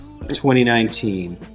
2019